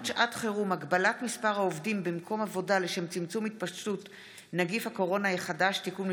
הצעת חוק יישוב סכסוכי עבודה (תיקון,